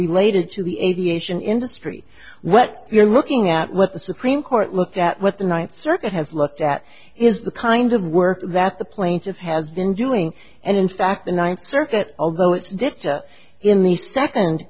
related to the aviation industry what you're looking at what the supreme court looked at what the ninth circuit has looked at is the kind of work that the plaintiff has been doing and in fact the ninth circuit although it's in the second